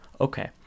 Okay